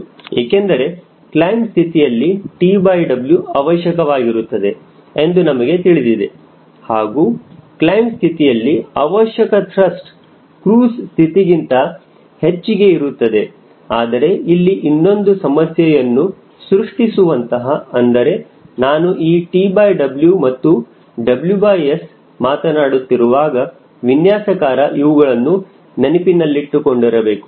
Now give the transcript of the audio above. ಏಕೆಂದರೆ ಕ್ಲೈಮ್ ಸ್ಥಿತಿಯಲ್ಲಿ TW ಅವಶ್ಯಕವಾಗಿರುತ್ತದೆ ಎಂದು ನಮಗೆ ತಿಳಿದಿದೆ ಹಾಗೂ ಕ್ಲೈಮ್ ಸ್ಥಿತಿಯಲ್ಲಿ ಅವಶ್ಯಕ ತ್ರಸ್ಟ್ ಕ್ರೂಜ್ ಸ್ಥಿತಿಗಿಂತ ಹೆಚ್ಚಿಗೆ ಇರುತ್ತದೆ ಆದರೆ ಇಲ್ಲಿ ಇನ್ನೊಂದು ಸಮಸ್ಯೆಯನ್ನು ಸೃಷ್ಟಿಸುವಂತಹ ಅಂದರೆ ನಾನು ಈ TW ಮತ್ತು WS ಮಾತನಾಡುತ್ತಿರುವಾಗ ವಿನ್ಯಾಸಕಾರ ಇವುಗಳನ್ನು ನೆನಪಿನಲ್ಲಿಟ್ಟುಕೊಂಡಿರಬೇಕು